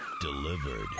delivered